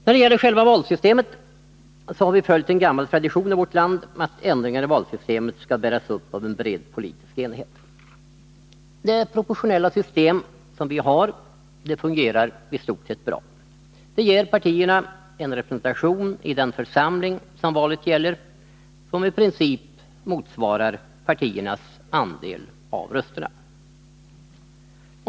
När det gäller själva valsystemet har vi följt en gammal tradition i vårt land, att ändringar i valsystemet skall bäras upp av en bred politisk enighet. Det proportionella valsystem som vi har fungerar i stort sett bra. Det ger partierna en representation i den församling som valet gäller som i princip motsvarar partiernas andel av rösterna.